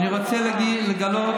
אתה תקבע לי אם להתבייש או לא?